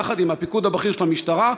יחד עם הפיקוד הבכיר של המשטרה,